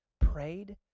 prayed